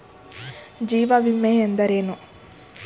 ಜೀವ ವಿಮೆ ಎಂದರೇನು?